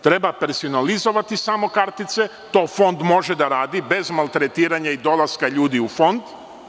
Treba personalizovati samo kartice, to Fond može da radi bez maltretiranja i dolaska ljudi u Fond.